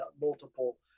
multiple